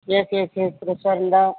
S yes yes restaurant தான்